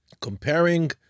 comparing